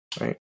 right